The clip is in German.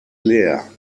leer